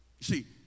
See